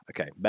okay